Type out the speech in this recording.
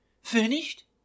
Finished